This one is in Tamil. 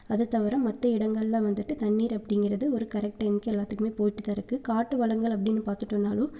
அதை தவிர மற்ற இடங்கள்ல வந்துட்டு தண்ணீர் அப்படிங்கிறது ஒரு கரெக்ட் டைம்க்கு எல்லாத்துக்குமே போய்ட்டு தான் இருக்குது காட்டு வளங்கள் அப்படின்னு பார்த்துட்டோம்னாலும்